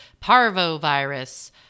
parvovirus